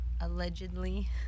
allegedly